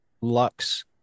Lux